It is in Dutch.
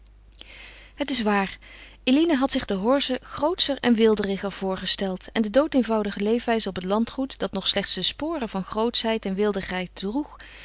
het is waar eline had zich de horze grootscher en weelderiger voorgesteld en de doodeenvoudige leefwijze op het landgoed dat nog slechts de sporen van grootschheid en weelderigheid droeg